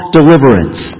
deliverance